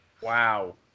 Wow